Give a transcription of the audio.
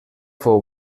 fou